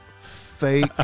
fake